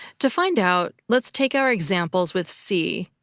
to find out, let's take our examples with see.